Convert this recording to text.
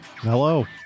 Hello